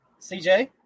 CJ